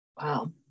Wow